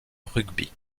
rugby